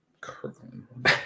Kirkland